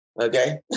Okay